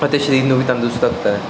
ਅਤੇ ਸ਼ਰੀਰ ਨੂੰ ਵੀ ਤੰਦਰੁਸਤ ਰੱਖਦਾ ਹੈ